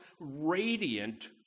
radiant